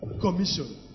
Commission